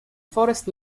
forest